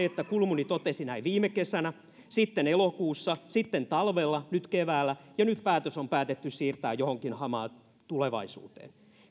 että kulmuni totesi näin viime kesänä sitten elokuussa sitten talvella nyt keväällä ja nyt päätös on päätetty siirtää johonkin hamaan tulevaisuuteen